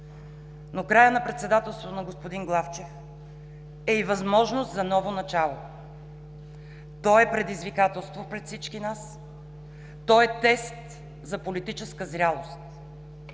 Но краят на председателството на господин Главчев е и възможност за ново начало. То е предизвикателство пред всички нас, то е тест за политическа зрялост